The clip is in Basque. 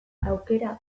aukera